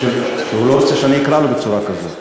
הוא לא רוצה שאני אקרא לו בצורה כזו?